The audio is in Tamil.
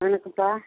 வணக்கம்ப்பா